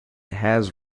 has